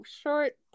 short